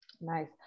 Nice